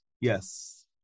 Yes